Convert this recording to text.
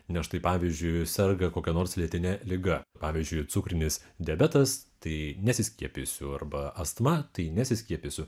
nes štai pavyzdžiui serga kokia nors lėtine liga pavyzdžiui cukrinis diabetas tai nesiskiepijusių arba astma tai nesiskiepytų